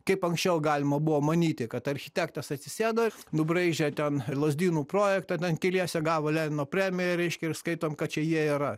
kaip anksčiau galima buvo manyti kad architektas atsisėdo nubraižė ten lazdynų projektą ten keliese gavo lenino premiją reiškia ir skaitom kad čia jie yra